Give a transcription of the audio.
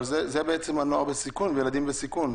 אבל זה בעצם נוער וילדים בסיכון.